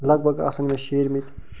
لگ بگ آسن مےٚ شیٖرمٕتۍ